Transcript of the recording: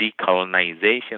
decolonization